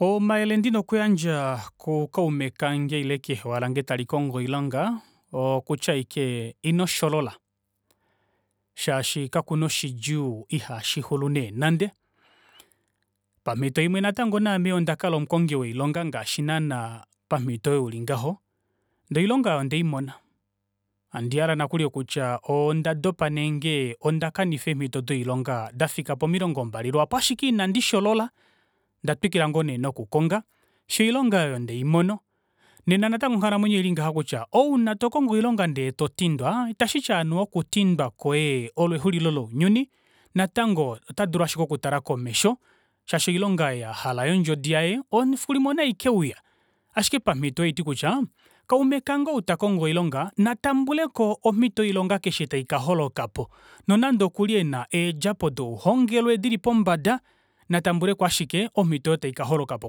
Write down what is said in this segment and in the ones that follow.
Omayele ndina okuyandja kukaume kange ile kehewa lange tali kongo oilonga, oo okutya ashike ino sholola, shaashi kakuna shidjuu ihashixulu neenande pamito imwe naame yoo ondakala omukongi woilonga ngaashi naana pamito oyo ulingaho ndee oilonga aayo ondeimona handi hale nokuli okutya ondadopa nenge onda kanifa eemito doilonga dafika po milongo mbali lwaapo ashike ina ndisholola onda twikila ngoo nee nokukonga fiyo oilonga aayo ndeimona. Nena natango onghalamwenyo oilingaha kutya ouna tokongo oilonga ndee totindwa itashiti anuwa okutidwa kwoye olo exulilo lounyuni natango oto dulu ashike okutala komesho shaashi oilonga ei ahala yondjodi yaye fikulimwe onaikeuye ashike pamito ei ohaiti kutya kaume kange ou takongo oilonga natambuleko omito yoilonga keshe taika holokapo nonande okuna eendjapo douhongelwe dili pombada natambuleko ashike omito oyo taika holokapo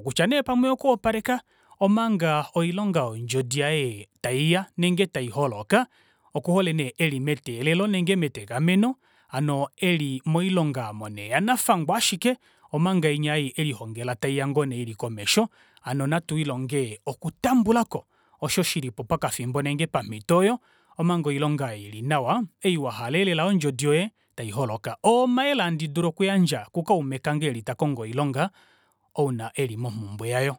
kutya nee pamwe oyokuwapaleka omanga oilonga yondjodi yaye taiya nenge taiholoka okuhole nee eli meteelelo nenge metegameno ano eli moilonga aamo nee yanafangwa ashike omanga inya elihongela taiya ngoo nee ili komesho hano natwiilonge okutambulako osho shilipo pakafimbo nenge pamito oyo omanga oilonga ei ili nawa iwahalelela yondjodi yoye taiholoka oo omayele hadi dulu oku yandja kukaume eli takongo oilonga ouna eli momumbwe yayo.